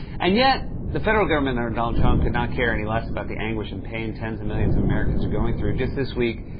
and, yet, the federal government, or donald trump, could not care any less about the anguish and pain tens of millions of americans are going through. just this week,